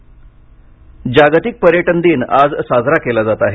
पर्यटन दिन जागतिक पर्यटन दिन आज साजरा केला जात आहे